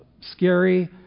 scary